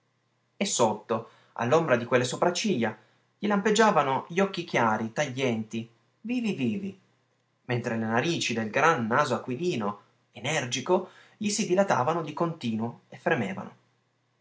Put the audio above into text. e sotto all'ombra di quelle sopracciglia gli lampeggiavano gli occhi chiari taglienti vivi vivi mentre le narici del gran naso aquilino energico gli si dilatavano di continuo e fremevano